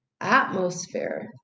atmosphere